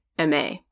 MA